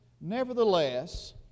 nevertheless